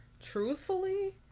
Truthfully